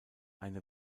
eine